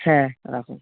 হ্যাঁ রাখুন